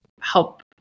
help